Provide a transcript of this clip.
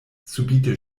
subite